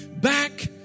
back